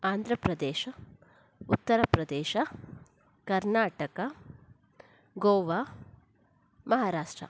Andhra Pradesh Uttar Pradesh Karnataka Goa Maharashtra